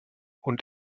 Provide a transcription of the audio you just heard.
und